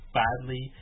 badly